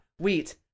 wheat